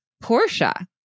Portia